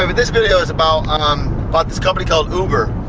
ah this video is about um but this company called uber.